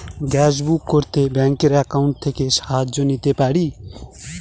Gas book করতে ব্যাংকের account থেকে সাহায্য নিতে পারি?